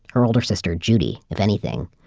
her older sister, judy, if anything,